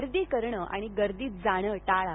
गर्दी करणं आणि गर्दीत जाणं टाळा